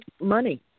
Money